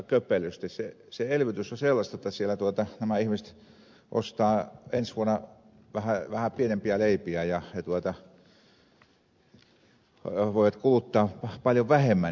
se elvytys on sellaista jotta siellä nämä ihmiset ostavat ensi vuonna vähän pienempiä leipiä ja voivat kuluttaa paljon vähemmän